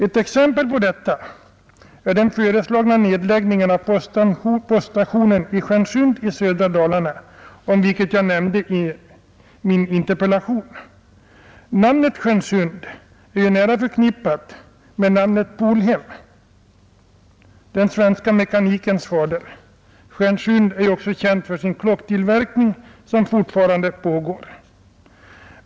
Ett exempel på detta är den föreslagna nedläggningen av poststationen i Stjärnsund i södra Dalarna, vilken jag nämnde i min interpellation. Namnet Stjärnsund är nära förknippat med namnet Polhem — den svenska mekanikens fader. Stjärnsund är också känt för sin klocktillverkning, som fortfarande pågår.